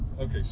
Okay